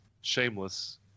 Shameless